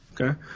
Okay